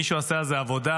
מישהו עשה על זה עבודה?